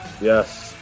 Yes